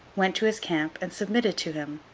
went to his camp, and submitted to him.